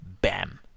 bam